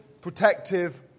protective